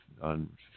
on